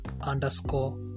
underscore